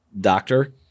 doctor